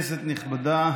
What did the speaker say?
טוב, לא נשאל כלום.